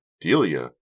Delia